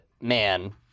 man